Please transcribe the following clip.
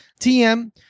TM